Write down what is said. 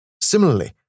Similarly